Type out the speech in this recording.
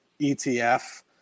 ETF